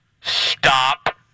Stop